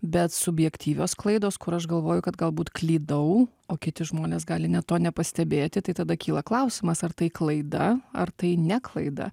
bet subjektyvios klaidos kur aš galvoju kad galbūt klydau o kiti žmonės gali net to nepastebėti tai tada kyla klausimas ar tai klaida ar tai ne klaida